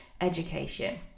education